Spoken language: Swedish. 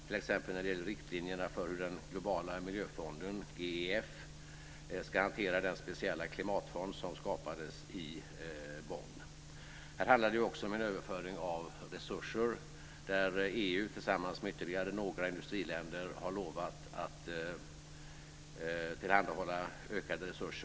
Det gäller t.ex. riktlinjerna för hur den globala miljöfonden EEF ska hantera den speciella klimatfond som skapades i Bonn. Här handlar det också om en överföring av resurser där EU tillsammans med ytterligare några industriländer har lovat att tillhandahålla ökade resurser.